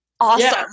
Awesome